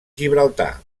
gibraltar